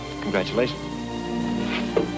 Congratulations